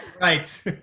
Right